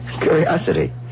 Curiosity